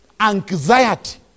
Anxiety